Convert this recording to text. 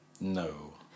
No